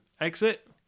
exit